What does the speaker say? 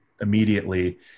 immediately